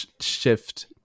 shift